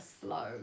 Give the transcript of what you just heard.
slow